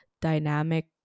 dynamic